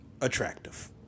attractive